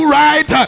right